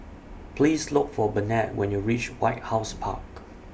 Please Look For Burnett when YOU REACH White House Park